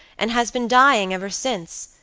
and has been dying ever since,